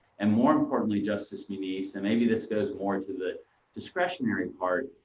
and more importantly, justice muniz, and maybe this goes more to the discretionary part,